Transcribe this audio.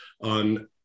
on